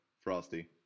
Frosty